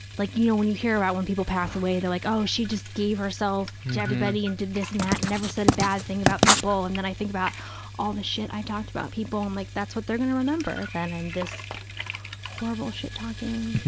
like, you know, when you hear about when people pass away, they're like, oh, she just gave herself to everybody and did this and that and never said a bad thing about people, and then i think about all the shit i talked about people and like that's what they're going to remember, that i'm this horrible shit-talking,